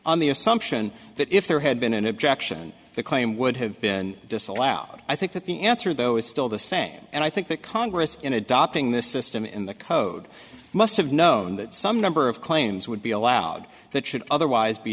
on the assumption that if there had been an objection the claim would have been disallowed i think that the answer though is still the same and i think that congress in adopting this system in the code must have known that some number of claims would be allowed that should otherwise be